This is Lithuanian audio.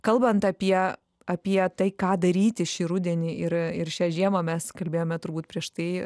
kalbant apie apie tai ką daryti šį rudenį ir ir šią žiemą mes kalbėjome turbūt prieš tai